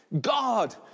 God